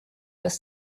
dass